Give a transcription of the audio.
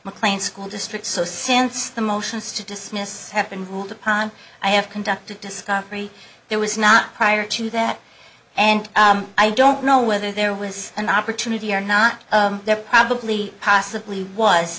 mclean school district so since the motions to dismiss have been ruled upon i have conducted discovery there was not prior to that and i don't know whether there was an opportunity or not there probably possibly was